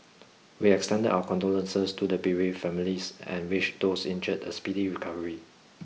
we extend our condolences to the bereaved families and wish those injured a speedy recovery